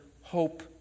hope